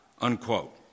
unquote